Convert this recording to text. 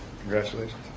Congratulations